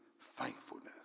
thankfulness